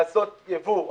לעשות ייבוא,